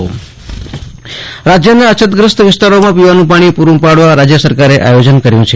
આશુતોષ અંતાણી રાજ્ય નર્મદા પાણી રાજ્યના અછતગ્રસ્ત વિસ્તારોમાં પીવાનું પાણી પુરૂં પાડવા રાજ્ય સરકારે આયોજન કર્યું છે